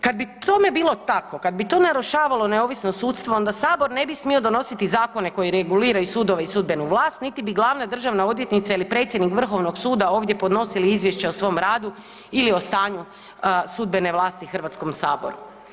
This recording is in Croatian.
Kada bi tome bilo tako, kada bi to narušavalo neovisnost sudstva, onda Sabor ne bi smio donositi zakone koji reguliraju sudove i sudbenu vlast, niti bi glavna državna odvjetnica ili predsjednik Vrhovnog suda ovdje podnosili izvješće o svom radu, ili o stanju sudbene vlasti Hrvatskom saboru.